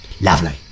Lovely